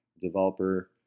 developer